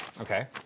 Okay